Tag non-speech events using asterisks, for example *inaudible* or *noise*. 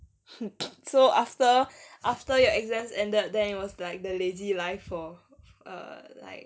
*noise* so after after your exams ended then it was like the lazy life for err like